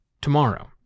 tomorrow